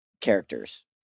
characters